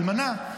אלמנה,